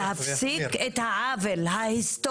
צריך לציין שהתכנון הוא לא בידי המועצה.